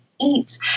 eat